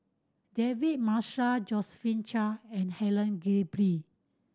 David Marshall Josephine Chia and Helen Gilbey